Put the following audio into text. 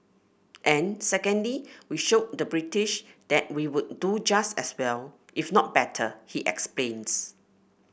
and secondly we showed the British that we would do just as well if not better he explains